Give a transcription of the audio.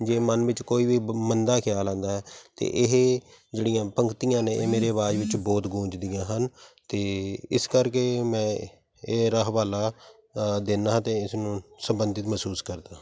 ਜੇ ਮਨ ਵਿੱਚ ਕੋਈ ਵੀ ਮੰਦਾ ਖਿਆਲ ਆਉਂਦਾ ਹੈ ਤਾਂ ਇਹ ਜਿਹੜੀਆਂ ਪੰਗਤੀਆਂ ਨੇ ਇਹ ਮੇਰੇ ਆਵਾਜ਼ ਵਿੱਚ ਬਹੁਤ ਗੂੰਜਦੀਆਂ ਹਨ ਅਤੇ ਇਸ ਕਰਕੇ ਮੈਂ ਇਹਦਾ ਹਵਾਲਾ ਦਿੰਦਾ ਹਾਂ ਅਤੇ ਇਸ ਨੂੰ ਸੰਬੰਧਿਤ ਮਹਿਸੂਸ ਕਰਦਾ ਹਾਂ